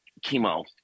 chemo